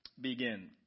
Begin